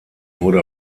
wurde